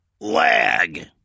lag